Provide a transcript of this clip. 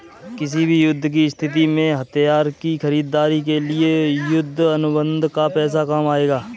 किसी भी युद्ध की स्थिति में हथियार की खरीदारी के लिए युद्ध अनुबंध का पैसा काम आएगा